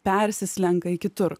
persislenka į kitur